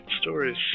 stories